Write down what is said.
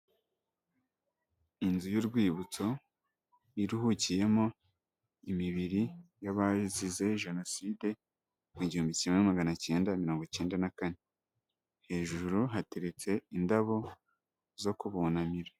Inzu y'urwibutso iruhukiyemo imibiri y'abayizize Jonoside mu gihumbi kimwe magana cyenda mirongo icyenda na kane, hejuru hateretse indabo zo kubunamira.